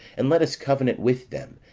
and let us covenant with them,